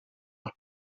you